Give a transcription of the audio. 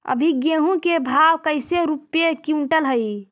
अभी गेहूं के भाव कैसे रूपये क्विंटल हई?